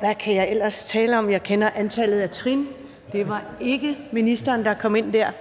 Hvad kan jeg ellers tale om? Jeg kender antallet af trin. Det var ikke ministeren, der kom ind der.